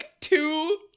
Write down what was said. two